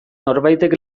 norbaitek